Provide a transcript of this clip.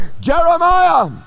Jeremiah